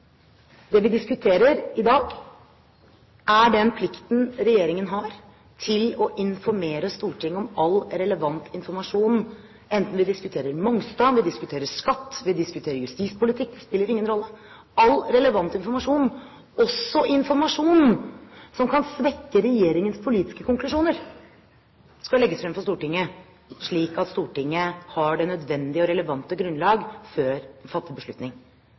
Det vi diskuterer i dag, er den plikten regjeringen har til å gi Stortinget all relevant informasjon, enten vi diskuterer Mongstad, skatt eller justispolitikk – det spiller ingen rolle. All relevant informasjon, også informasjon som kan svekke regjeringens politiske konklusjoner, skal legges frem for Stortinget, slik at Stortinget har det nødvendige og relevante grunnlag før man fatter en beslutning.